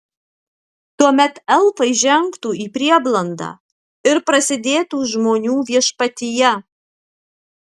tuomet elfai žengtų į prieblandą ir prasidėtų žmonių viešpatija